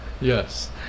yes